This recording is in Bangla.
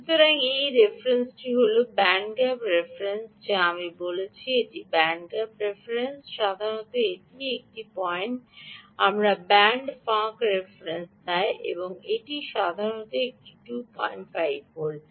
সুতরাং এই রেফারেন্সটি হল ব্যান্ড গ্যাপ রেফারেন্স যা আমরা বলেছিলাম এটি ব্যান্ড গ্যাপ রেফারেন্স সাধারণত এটিই একটি পয়েন্ট আমাকে ব্যান্ড gap রেফারেন্স দেয় এবং এটি সাধারণত একটি 25 ভোল্ট